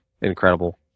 incredible